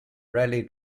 rally